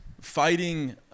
fighting